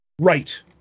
Right